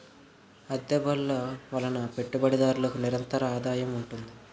అద్దె బళ్ళు వలన పెట్టుబడిదారులకు నిరంతరాదాయం ఉంటుంది